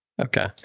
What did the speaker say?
Okay